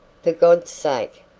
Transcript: for god's sake,